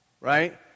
right